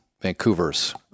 vancouver's